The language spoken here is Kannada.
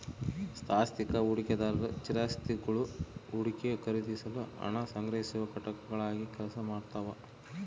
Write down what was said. ಸಾಂಸ್ಥಿಕ ಹೂಡಿಕೆದಾರರು ಸ್ಥಿರಾಸ್ತಿಗುಳು ಹೂಡಿಕೆ ಖರೀದಿಸಲು ಹಣ ಸಂಗ್ರಹಿಸುವ ಘಟಕಗಳಾಗಿ ಕೆಲಸ ಮಾಡ್ತವ